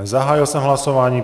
Zahájil jsem hlasování.